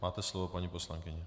Máte slovo, paní poslankyně.